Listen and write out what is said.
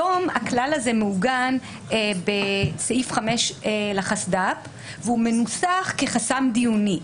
היום הכלל הזה מעוגן בסעיף 5 לחסד"פ והוא מנוסח כחסם דיוני.